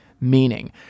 meaning